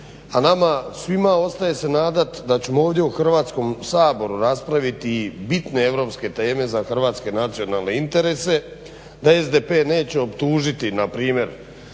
A nama svima ostaje se nadat da ćemo ovdje u Hrvatskom saboru raspraviti bitne europske teme za hrvatske nacionalne interese, da SDP neće optužiti na primjer